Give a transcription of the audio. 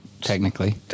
technically